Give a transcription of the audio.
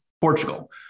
Portugal